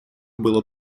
было